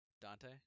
Dante